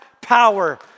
power